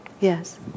yes